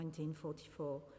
1944